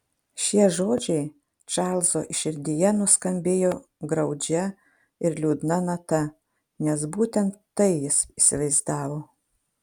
šie žodžiai čarlzo širdyje nuskambėjo graudžia ir liūdna nata nes būtent tai jis įsivaizdavo